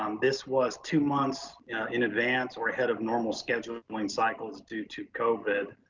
um this was two months in advance or ahead of normal scheduling cycles due to covid.